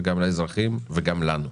גם לאזרחים וגם לנו.